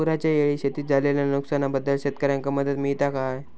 पुराच्यायेळी शेतीत झालेल्या नुकसनाबद्दल शेतकऱ्यांका मदत मिळता काय?